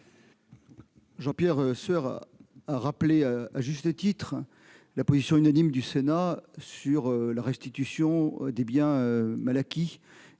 Jean-Pierre Sueur a rappelé, à juste titre, la position unanime du Sénat sur la restitution des biens mal acquis,